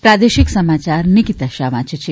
પ્રાદેશિક સમાચાર નિકીતા શાહ વાંચે છે